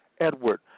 Edward